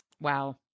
wow